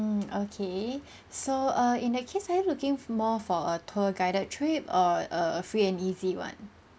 mm okay so err in that case are you looking more for a tour guided trip or a free and easy one